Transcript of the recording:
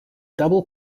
double